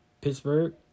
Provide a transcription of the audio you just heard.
Pittsburgh